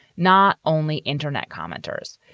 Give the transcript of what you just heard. not only internet commenters,